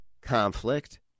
conflict